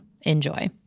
Enjoy